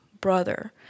brother